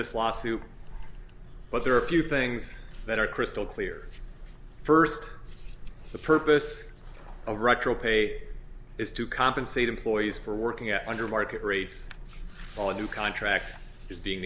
this lawsuit but there are a few things that are crystal clear first the purpose of retro pay is to compensate employees for working at under market rates or new contract is being